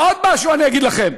עוד משהו אני אגיד לכם: